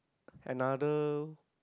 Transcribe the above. another